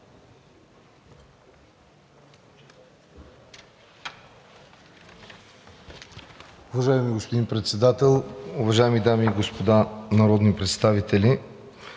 Уважаеми господин Председател, уважаеми дами и господа народни представители!